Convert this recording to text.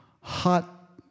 hot